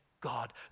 God